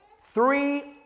three